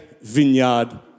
vineyard